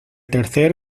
tercer